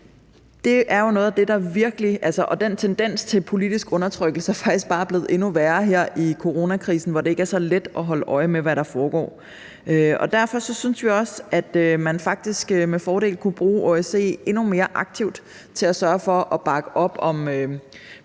Den tendens til politisk undertrykkelse er faktisk bare blevet endnu værre her under coronakrisen, hvor det ikke er så let at holde øje med, hvad der foregår, og derfor synes vi også, at man faktisk med fordel kunne bruge OSCE endnu mere aktivt til at sørge for at bakke op om